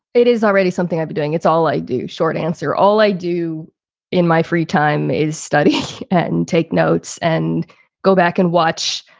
it is already something i'd be doing, it's all i do, short answer, all i do in my free time is study and take notes and go back and watch.